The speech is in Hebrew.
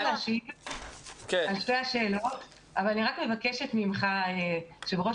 אני מבקשת מיושב-ראש